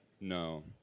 No